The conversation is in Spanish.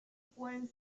pueden